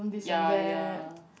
ya ya